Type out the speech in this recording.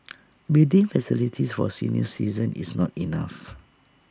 building facilities for senior citizens is not enough